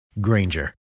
Granger